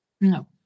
No